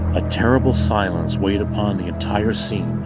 a terrible silence weighed upon the entire scene.